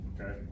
okay